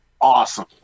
awesome